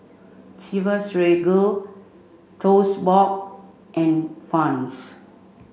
Chivas Regal Toast Box and Vans